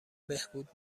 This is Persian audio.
بهبود